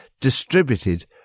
distributed